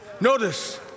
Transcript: Notice